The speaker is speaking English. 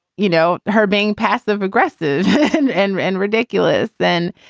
you know, her being passive aggressive and and and ridiculous. then,